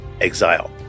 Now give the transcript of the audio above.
exile